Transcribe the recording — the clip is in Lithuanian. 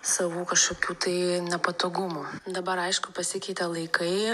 savų kažkokių tai nepatogumų dabar aišku pasikeitė laikai